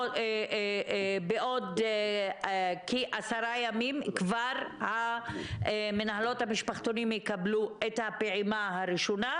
שבעוד כעשרה ימים מנהלות המשפחתונים יקבלו את הפעימה הראשונה,